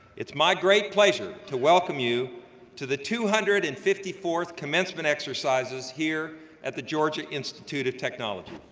it's my great pleasure to welcome you to the two hundred and fifty fourth commencement exercises here at the georgia institute of technology.